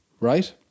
right